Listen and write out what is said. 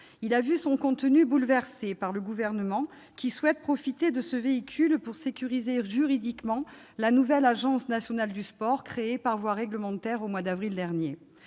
Il a vu son contenu bouleversé par le Gouvernement, qui souhaite profiter de ce véhicule pour sécuriser juridiquement la nouvelle Agence nationale du sport, créée par voie règlementaire au mois d'avril dernier.